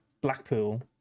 Blackpool